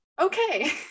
Okay